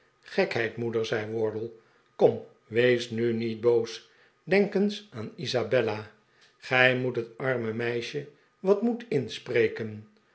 gekheid moeder zei wardle kom wees nu niet boos denk eens aan isabella gij moet het arme meisje wat moed inspreken